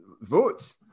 votes